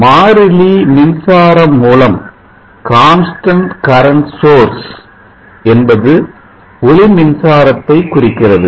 மாறிலி மின்சாரம் மூலம் என்பது ஒளி மின்சாரத்தை குறிக்கிறது